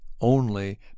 Only